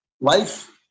life